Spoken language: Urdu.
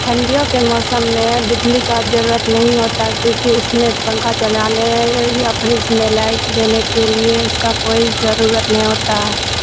تھنڈیوں کے موسم میں بجلی کا ضرورت نہیں ہوتا ہے کیونکہ اس میں پنکھا چلانے یا فریز میں لائٹ دینے کے لیے اس کا کوئی ضرورت نہیں ہوتا ہے